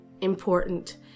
important